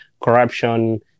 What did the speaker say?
corruption